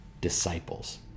disciples